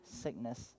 sickness